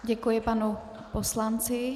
Děkuji panu poslanci.